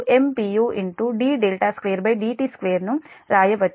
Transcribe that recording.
u d2dt2 ను వ్రాయవచ్చు